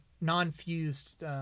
Non-fused